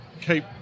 keep